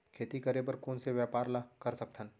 खेती करे बर कोन से व्यापार ला कर सकथन?